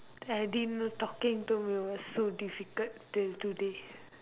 I didn't know talking to me was so difficult till today